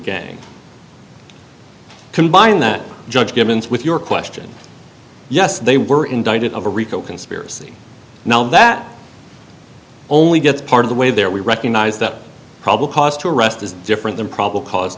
gang combine that judge givens with your question yes they were indicted of a rico conspiracy now that only gets part of the way there we recognize that probable cause to arrest is different than probable cause